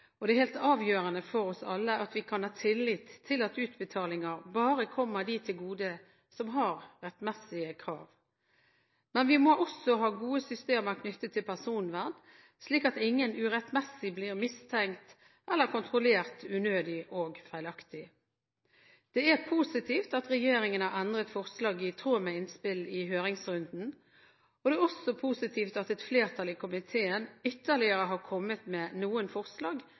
og det er helt avgjørende for oss alle at vi kan ha tillit til at utbetalinger bare kommer dem til gode som har rettmessige krav. Men vi må også ha gode systemer knyttet til personvern, slik at ingen urettmessig blir mistenkt eller kontrollert unødig og feilaktig. Det er positivt at regjeringen har endret forslag i tråd med innspill i høringsrunden, og det er også positivt at et flertall i komiteen ytterligere har kommet med forslag